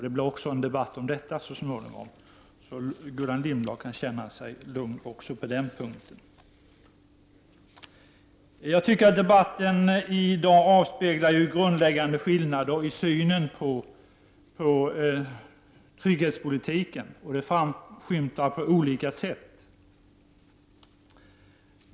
Det blir en debatt också om detta så småningom, så Gullan Lindblad kan känna sig lugn även på den punkten. Debatten i dag avspeglar grundläggande skillnader i synen på trygghetspolitiken, och det framskymtar på olika sätt.